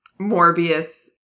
Morbius